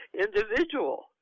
individual